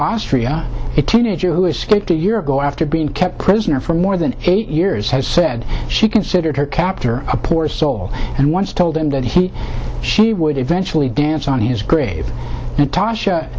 austria it teenager who escaped a year ago after being kept prisoner for more than eight years has said she considered her captor a poor soul and once told him that he she would eventually dance on his grave natasha